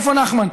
איפה נחמן,